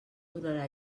donarà